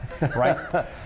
right